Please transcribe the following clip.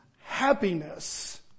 happiness